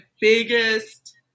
biggest